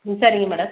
ம் சரிங்க மேடம்